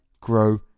grow